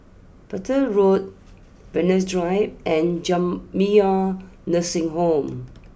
Petir Road Venus Drive and Jamiyah Nursing Home